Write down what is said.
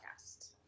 Podcast